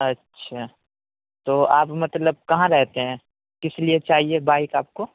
اچھا تو آپ مطلب کہاں رہتے ہیں کس لیے چاہیے بائیک آپ کو